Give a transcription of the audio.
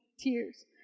tears